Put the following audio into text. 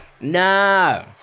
no